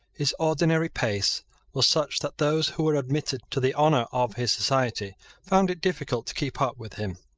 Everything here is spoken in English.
his ordinary pace was such that those who were admitted to the honour of his society found it difficult to keep up with him.